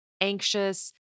anxious